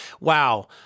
Wow